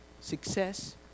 success